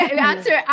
answer